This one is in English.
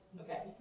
Okay